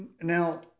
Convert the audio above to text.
Now